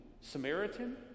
Samaritan